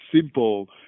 simple